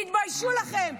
תתביישו לכם.